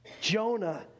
Jonah